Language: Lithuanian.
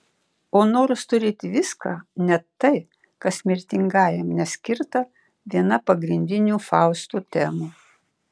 o noras turėti viską net tai kas mirtingajam neskirta viena pagrindinių fausto temų